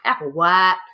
Applewhite